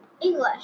English